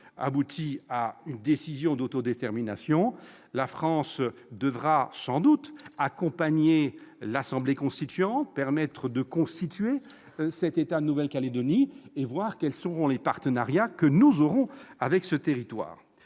aboutit à l'autodétermination, la France devra sans doute accompagner l'assemblée constituante, permettre de constituer cet État de Nouvelle-Calédonie, et voir quels sont les partenariats que nous pourrons nouer avec ce territoire.